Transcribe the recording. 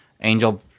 Angel